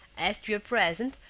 as to your present,